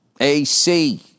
AC